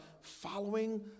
following